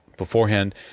beforehand